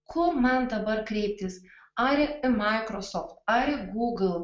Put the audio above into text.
kur man dabar kreiptis ar į microsoft ar į google